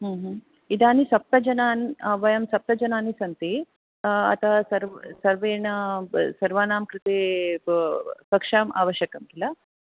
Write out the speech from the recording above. ह्म् ह्म् इदानीं सप्तजनाः वयं सप्तजनाः सन्ति अतः सर्व सर्वेण सर्वानां कृते कक्षं आवश्यकं किल